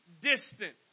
distant